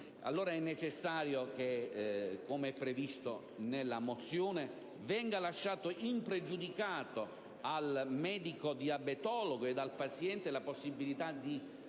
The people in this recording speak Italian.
È dunque necessario che, com'è previsto nella mozione, venga lasciata impregiudicata al medico diabetologo ed al paziente la possibilità di